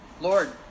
Lord